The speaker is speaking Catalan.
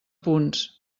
punts